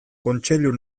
kontseilu